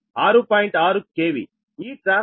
6 KVఈ ట్రాన్స్ఫార్మర్ కి కూడా 6